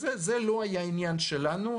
זה לא היה העניין שלנו,